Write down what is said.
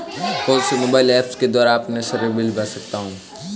कौनसे mobile apps के द्वारा मैं अपने सारे बिल भर सकता हूं?